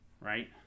right